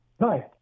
Hi